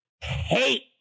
hate